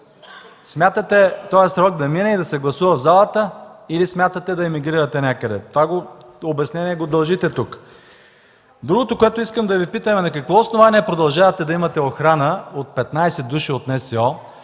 Смятате този срок да мине и да се гласува в залата или смятате да емигрирате някъде? Това обяснение го дължите тук. Другото, което искам да Ви питам е: на какво основание продължавате да имате охрана от 15 души от НСО,